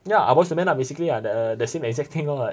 ya ah boys to men lah basically lah the the same exact thing lor like